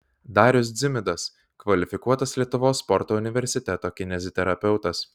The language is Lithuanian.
darius dzimidas kvalifikuotas lietuvos sporto universiteto kineziterapeutas